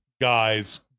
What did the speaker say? guy's